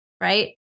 Right